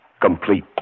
complete